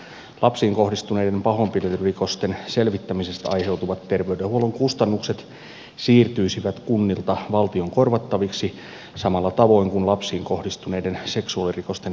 lapsiin kohdistuneiden pahoinpitelyrikosten selvittämisestä aiheutuvat terveydenhuollon kustannukset siirtyisivät kunnilta valtion korvattaviksi samalla tavoin kuin lapsiin kohdistuneiden seksuaalirikosten selvittämisestä aiheutuvat kustannukset jo ovat